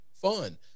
fun